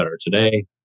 today